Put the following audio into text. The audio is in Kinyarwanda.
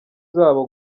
zabo